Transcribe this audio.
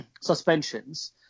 suspensions